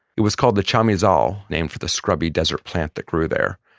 it was called the chamizal, named for the scrubby desert plant that grew there.